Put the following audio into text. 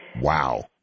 Wow